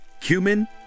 cumin